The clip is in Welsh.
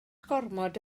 gormod